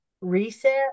reset